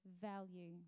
value